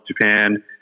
Japan